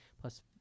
plus